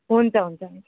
हुन्छ हुन्छ